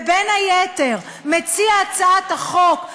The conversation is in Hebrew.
בין היתר מציע הצעת החוק,